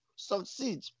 succeed